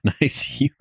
nice